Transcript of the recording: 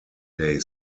day